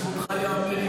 לזכותך ייאמר,